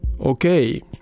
Okay